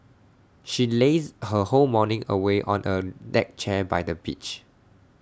she lazed her whole morning away on A deck chair by the beach